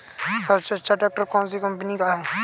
सबसे अच्छा ट्रैक्टर कौन सी कम्पनी का है?